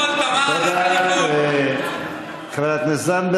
אורן אסף חזן (הליכוד): רק הליכוד יכול, תמר.